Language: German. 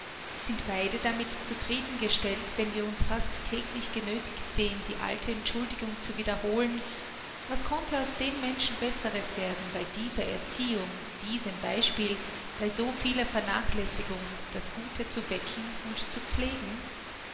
sind beide damit zufrieden gestellt wenn wir uns fast täglich genöthigt sehen die alte entschuldigung zu wiederholen was konnte aus dem menschen besseres werden bei dieser erziehung diesem beispiel bei so vieler vernachlässigung das gute zu wecken und zu pflegen